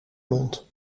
mond